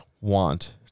want